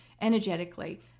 energetically